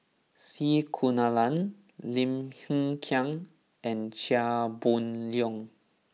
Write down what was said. C Kunalan Lim Hng Kiang and Chia Boon Leong